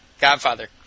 Godfather